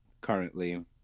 currently